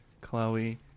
chloe